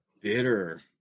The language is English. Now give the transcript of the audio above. Bitter